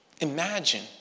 Imagine